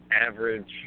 average